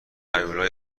هیولای